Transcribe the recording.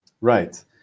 Right